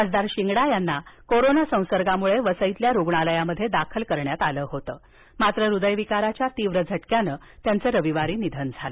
खासदार शिंगडा यांना कोरोना संसर्गामुळे वसईतील रुग्णालयात दाखल करण्यात आलं होत मात्र ह्दय विकाराच्या झटक्यानं त्यांचं रविवारी निधन झाल